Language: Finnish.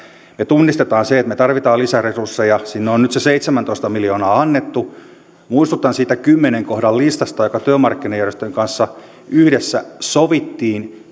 me tunnistamme sen että me tarvitsemme lisäresursseja sinne on nyt se seitsemäntoista miljoonaa annettu muistutan siitä kymmenen kohdan listasta joka työmarkkinajärjestöjen kanssa yhdessä sovittiin